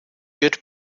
good